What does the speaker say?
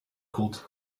called